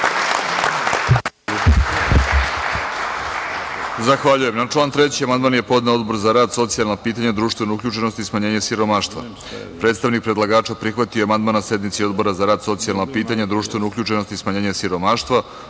Zahvaljujem. Na član 3. amandman je podneo Odbor za rad, socijalna pitanja, društvenu uključenost i smanjenje siromaštva. Predstavnik predlagača prihvatio je amandman na sednici Odbora za rad, socijalna pitanja, društvenu uključenost i smanjenje siromaštva. Odbor